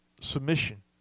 submission